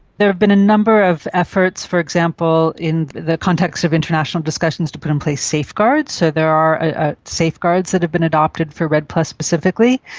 there have been a number of efforts, for example in the context of international discussions, to put in place safeguards. so there are ah safeguards that have been adopted for redd plus specifically.